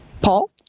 Paul